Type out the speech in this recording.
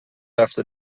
after